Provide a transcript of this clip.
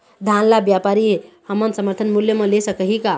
धान ला व्यापारी हमन समर्थन मूल्य म ले सकही का?